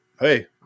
hey